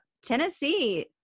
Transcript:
Tennessee